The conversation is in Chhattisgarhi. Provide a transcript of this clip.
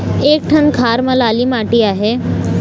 एक ठन खार म लाली माटी आहे?